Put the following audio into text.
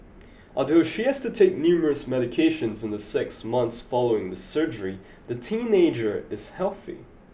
although she has to take numerous medications in the six months following the surgery the teenager is healthy